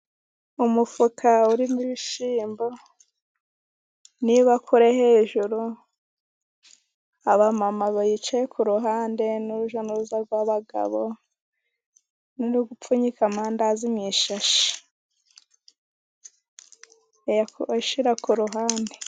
Umufuka uririmo ibishyimbo n'ibakure hejuru. Abagore bicaye k'uruhande n'urujyanuruza rw'abagabo n'urigupfuka amandazi mu isashe.